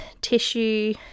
tissue